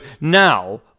now